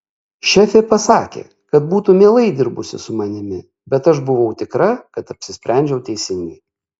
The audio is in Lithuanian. šefė pasakė kad būtų mielai dirbusi su manimi bet aš buvau tikra kad apsisprendžiau teisingai